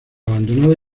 abandonada